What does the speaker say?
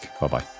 Bye-bye